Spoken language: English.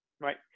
Right